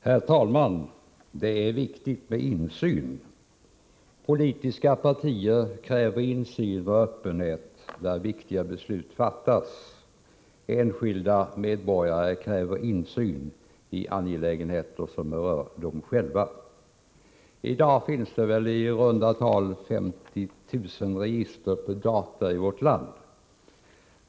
Herr talman! Det är viktigt med insyn. Politiska partier kräver insyn och öppenhet där viktiga beslut fattas. Enskilda medborgare kräver insyn i angelägenheter som berör dem själva. I dag finns det väl i runda tal 50 000 register på data i vårt land.